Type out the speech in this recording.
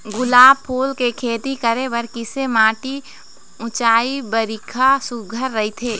गुलाब फूल के खेती करे बर किसे माटी ऊंचाई बारिखा सुघ्घर राइथे?